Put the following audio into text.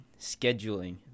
scheduling